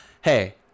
Hey